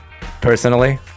personally